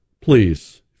please